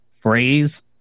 phrase